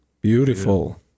beautiful